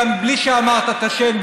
גם בלי שאמרת את השם,